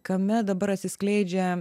kame dabar atsiskleidžia